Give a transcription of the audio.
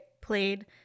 played